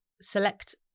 select